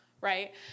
right